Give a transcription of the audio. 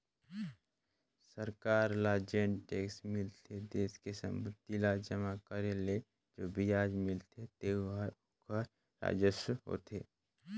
सरकार ल जेन टेक्स मिलथे देस के संपत्ति ल जमा करे ले जो बियाज मिलथें तेहू हर तो ओखर राजस्व होथे